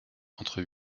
entre